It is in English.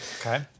Okay